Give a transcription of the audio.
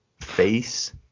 face